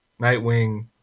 Nightwing